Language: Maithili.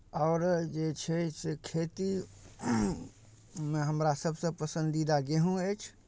आओर जे छै से खेती मे हमरा सभसँ पसन्दीदा गेहूँ अछि